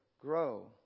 grow